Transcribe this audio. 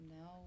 no